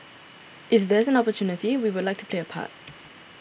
if there is an opportunity we would like to play a part